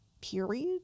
period